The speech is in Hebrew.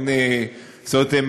זאת אומרת,